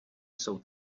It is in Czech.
jsou